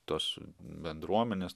tos bendruomenės